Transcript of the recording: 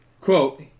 quote